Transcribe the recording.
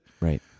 Right